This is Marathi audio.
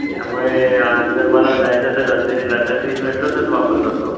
त्यामुळे जर मला जायचं असेल अंधेरीला तर मी मेट्रोचाच वापर करतो